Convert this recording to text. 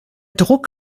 druck